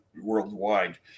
worldwide